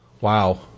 wow